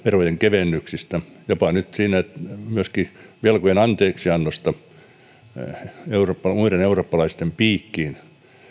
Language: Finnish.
verojen kevennyksistä jopa myöskin velkojen anteeksiannosta muiden eurooppalaisten piikkiin